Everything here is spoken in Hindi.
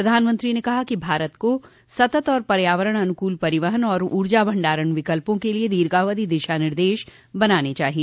प्रधानमंत्री ने कहा कि भारत को सतत और पर्यावरण अनुकूल परिवहन तथा ऊर्जा भंडारण विकल्पों के लिए दीर्घावधि दिशा निर्देश बनाने चाहिए